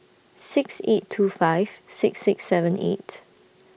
six eight two five six six seven eight